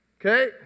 okay